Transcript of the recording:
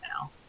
now